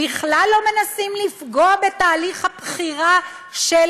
בכלל לא מנסים לפגוע בתהליך הבחירה של